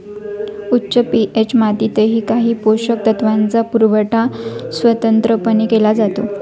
उच्च पी.एच मातीतही काही पोषक तत्वांचा पुरवठा स्वतंत्रपणे केला जातो